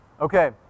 Okay